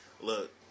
look